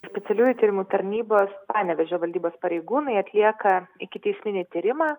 specialiųjų tyrimų tarnybos panevėžio valdybos pareigūnai atlieka ikiteisminį tyrimą